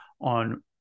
on